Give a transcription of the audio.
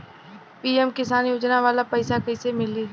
PM किसान योजना वाला पैसा कईसे मिली?